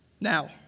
Now